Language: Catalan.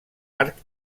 arc